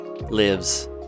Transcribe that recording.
lives